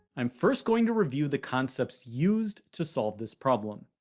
i'm first going to review the concepts used to solve this problem.